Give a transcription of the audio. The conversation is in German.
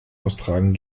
austragen